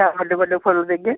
शैल बड्डे बड्डे फुल्ल देगे